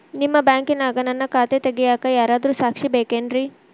ನಿಮ್ಮ ಬ್ಯಾಂಕಿನ್ಯಾಗ ನನ್ನ ಖಾತೆ ತೆಗೆಯಾಕ್ ಯಾರಾದ್ರೂ ಸಾಕ್ಷಿ ಬೇಕೇನ್ರಿ?